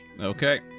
Okay